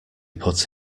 put